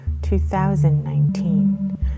2019